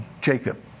Jacob